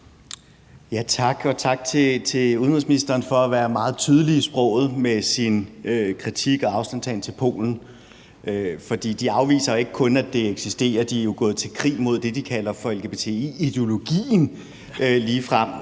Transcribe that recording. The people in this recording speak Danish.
tak til udenrigsministeren for at være meget tydelig i sproget med sin kritik af og afstandtagen til Polen. For de afviser ikke kun, at det eksisterer. De er jo gået i krig med det, de ligefrem kalder for lgbti-ideologien.